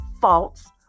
false